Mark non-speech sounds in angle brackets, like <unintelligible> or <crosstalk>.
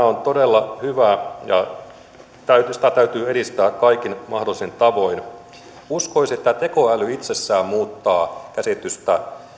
<unintelligible> on todella hyvä ja sitä täytyy edistää kaikin mahdollisin tavoin uskoisin että tämä tekoäly itsessään muuttaa käsitystä